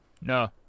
No